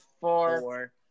four